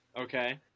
Okay